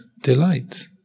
delight